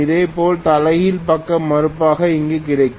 இதேபோல் தலைகீழ் பக்க மின்மறுப்பாக இங்கு கிடைக்கும்